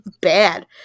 bad